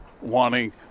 wanting